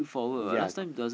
ya